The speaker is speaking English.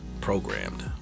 Programmed